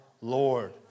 Lord